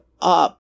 up